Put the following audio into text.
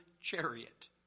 chariot